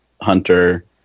Hunter